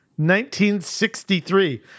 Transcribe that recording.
1963